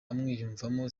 umwiyumvamo